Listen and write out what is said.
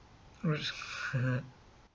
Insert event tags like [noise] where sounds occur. rich [laughs]